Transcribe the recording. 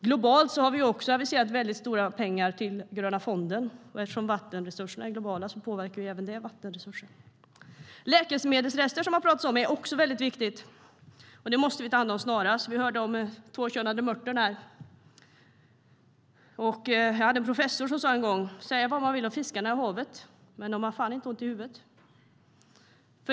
Globalt har vi också anslagit stora pengar till Gröna fonden, och eftersom vattenresurserna är globala påverkar även det dessa. Det har också talats om läkemedelsrester, och dem måste vi ta hand om snarast. Vi hörde om den tvåkönade mörten. Jag hade en professor som sa: Säga vad man vill om fiskarna i havet, men de har fan inte ont i huvudet.